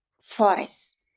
forest